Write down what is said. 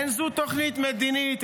אין זו תוכנית מדינית,